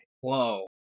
Whoa